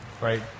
right